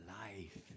life